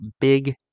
big